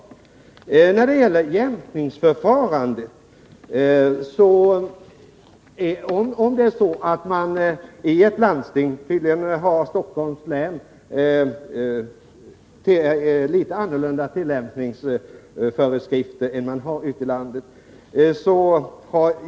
Jag kommer så till jämkningsförfarandet. Tydligen har Stockholms läns landsting litet annorlunda tillämpningsföreskrifter än man har ute i landet.